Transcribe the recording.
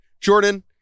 Jordan